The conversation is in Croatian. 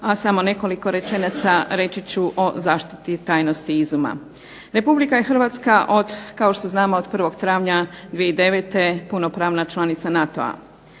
a samo nekoliko rečenica reći ću o zaštiti tajnosti izuma. Republika je Hrvatska od, kao što znamo od 1. travnja 2009. punopravna članica NATO-a.